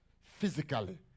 physically